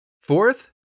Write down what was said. Fourth